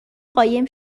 قایم